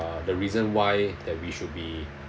uh the reason why that we should be